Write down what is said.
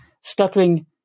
stuttering